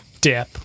dip